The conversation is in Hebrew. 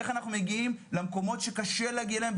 איך אנחנו מגיעים למקומות שקשה להגיע אליהם,